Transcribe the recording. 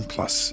Plus